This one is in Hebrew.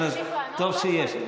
אז טוב שיש.